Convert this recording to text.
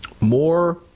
More